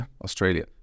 Australia